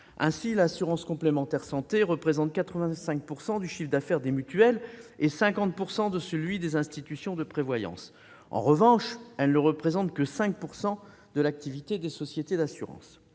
18 %. L'assurance complémentaire santé représente 85 % du chiffre d'affaires des mutuelles et 50 % de celui des institutions de prévoyance. En revanche, elle compte pour 5 % seulement de l'activité des sociétés d'assurance.